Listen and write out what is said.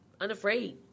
unafraid